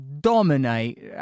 dominate